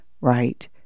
right